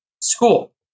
school